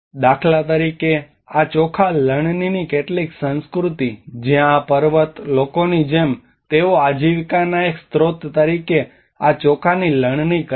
દાખલા તરીકે આ ચોખા લણણીની કેટલીક સંસ્કૃતિ જ્યાં આ પર્વત લોકોની જેમ તેઓ આજીવિકાના એક સ્રોત તરીકે આ ચોખાની લણણી કરે છે